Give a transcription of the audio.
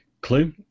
clue